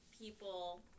people